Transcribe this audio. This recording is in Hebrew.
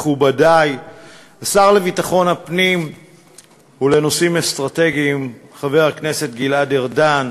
מכובדי השר לביטחון הפנים ולנושאים אסטרטגיים חבר הכנסת גלעד ארדן,